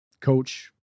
coach